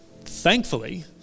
thankfully